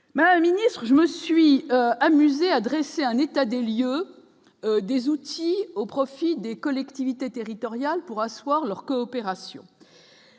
mais un ministre, je me suis amusée à dresser un état des lieux des outils au profit des collectivités territoriales pour asseoir leur coopération